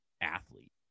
athlete